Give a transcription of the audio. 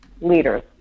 leaders